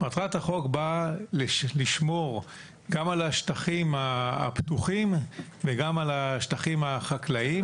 מטרת החוק היא לשמור גם על השטחים הפתוחים וגם על השטחים החקלאיים.